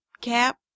cap